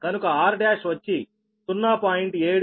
కనుక r1 వచ్చి 0